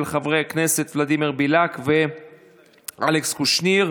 של חברי הכנסת ולדימיר בליאק ואלכס קושניר.